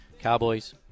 Cowboys